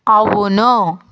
అవును